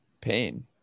pain